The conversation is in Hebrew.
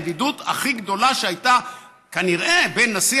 זו הידידות הכי גדולה שהייתה כנראה בין נשיא